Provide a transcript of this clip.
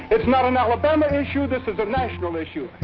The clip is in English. it's not an alabama issue. this is a national issue.